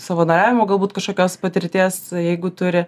savanoriavimo galbūt kažkokios patirties jeigu turi